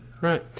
Right